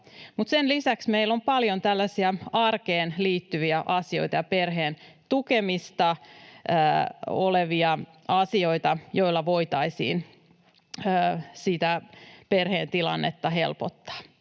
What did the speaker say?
sen lisäksi meillä on paljon tällaisia arkeen liittyviä asioita ja perhettä tukevia asioita, joilla voitaisiin sitä perheen tilannetta helpottaa.